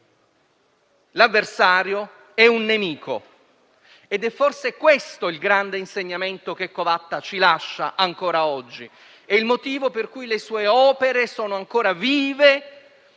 l'avversario è un nemico. Forse è questo il grande insegnamento che Covatta ci lascia ancora oggi, è il motivo per cui le sue opere sono ancora vive